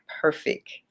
perfect